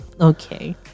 Okay